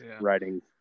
writing